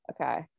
Okay